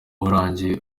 wararangiye